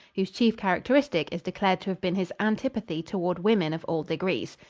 whose chief characteristic is declared to have been his antipathy toward women of all degrees.